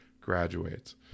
graduates